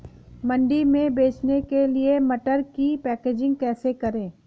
मंडी में बेचने के लिए मटर की पैकेजिंग कैसे करें?